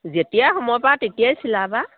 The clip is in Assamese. যেতিয়াই সময়ৰ পোৱা তেতিয়াই চিলাবা